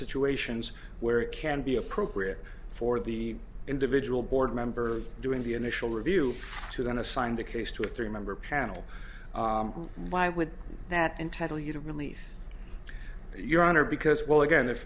situations where it can be appropriate for the individual board member doing the initial review to going to sign the case to a three member panel why would that entitle you to release your honor because well again if